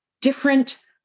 different